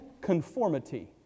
conformity